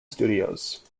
studios